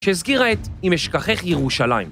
שהסגירה את אם אשכחך ירושלים